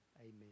Amen